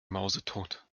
mausetot